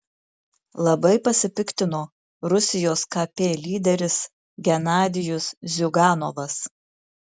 labai pasipiktino rusijos kp lyderis genadijus ziuganovas